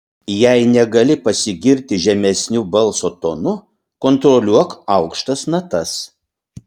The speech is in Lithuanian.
jei negali pasigirti žemesniu balso tonu kontroliuok aukštas natas